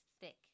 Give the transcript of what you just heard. thick